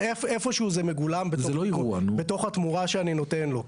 איפשהו זה מגולם בתוך התמורה שאני נותן לו.